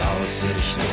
Aussicht